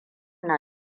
na